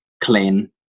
clean